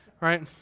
right